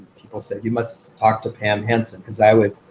people said, you must talk to pam hensen. because i would